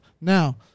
Now